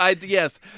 Yes